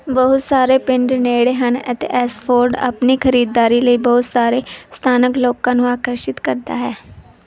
ਬਹੁਤ ਸਾਰੇ ਪਿੰਡ ਨੇੜੇ ਹਨ ਅਤੇ ਐਸ਼ਫੋਰਡ ਆਪਣੀ ਖਰੀਦਦਾਰੀ ਲਈ ਬਹੁਤ ਸਾਰੇ ਸਥਾਨਕ ਲੋਕਾਂ ਨੂੰ ਆਕਰਸ਼ਿਤ ਕਰਦਾ ਹੈ